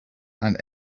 and